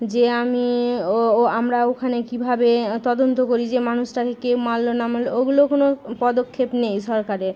যে আমি ও ও আমরা ওখানে কীভাবে তদন্ত করি যে মানুষটাকে কে মারলো না মারলো ওগুলো কোনও পদক্ষেপ নেই সরকারের